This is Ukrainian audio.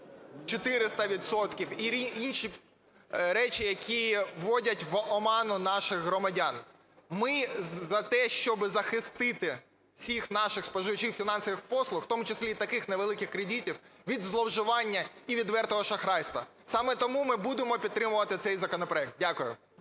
і інші речі, які вводять в оману наших громадян. Ми за те, щоб захистити всіх наших споживачів фінансових послуг, в тому числі і таких невеликих кредитів, від зловживання і відвертого шахрайства. Саме тому ми будемо підтримувати цей законопроект. Дякую.